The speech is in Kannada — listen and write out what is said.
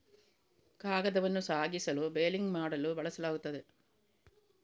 ಕಾಗದವನ್ನು ಸಾಗಿಸಲು ಬೇಲಿಂಗ್ ಮಾಡಲು ಬಳಸಲಾಗುತ್ತದೆ